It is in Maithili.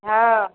हँ